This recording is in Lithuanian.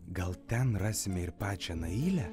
gal ten rasime ir pačią nailę